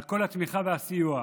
על כל התמיכה והסיוע.